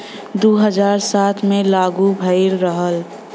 दू हज़ार सात मे लागू भएल रहल